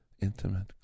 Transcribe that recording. intimate